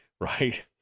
right